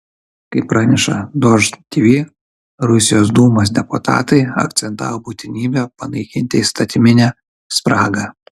kaip praneša dožd tv rusijos dūmos deputatai akcentavo būtinybę panaikinti įstatyminę spragą